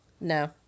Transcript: No